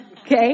Okay